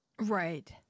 Right